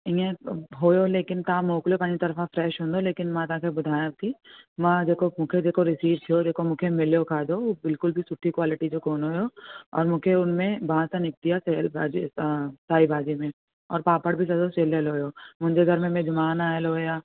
ईअं त हुओ लेकिन तव्हां मोकिलियो पंहिंजी तर्फ़ा फ्रैश हूंदो लेकिन मां तव्हांखे ॿुधायां थी मां जेको मूंखे जेको रीसीव थियो जेको मूंखे मिलियो खाधो उहो बिल्कुल बि सुठी क्वालिटी जो कोन हुओ ओर मूंखे उन में बांस निकिती आहे सेअल भाॼी सां साई भाॼी में ओर पापड़ बि ॾाढो सिलियलु हुओ मुंहिंजे घर में महिमान आयल हुआ